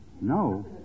No